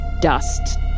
dust